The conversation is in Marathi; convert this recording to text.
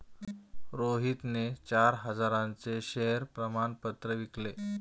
रोहितने चार हजारांचे शेअर प्रमाण पत्र विकले